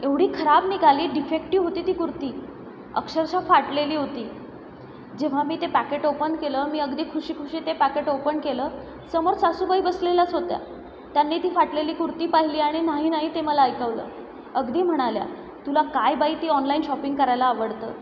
एवढी खराब निघाली डिफेक्टीव होती ती कुर्ती अक्षरशः फाटलेली होती जेव्हा मी ते पॅकेट ओपन केलं मी अगदी खुशी खुशी ते पॅकेट ओपन केलं समोर सासूबाई बसलेल्याच होत्या त्यांनी ती फाटलेली कुर्ती पाहिली आणि नाही नाही ते मला ऐकवलं अगदी म्हणाल्या तुला काय बाई ते ऑनलाइन शॉपिंग करायला आवडतं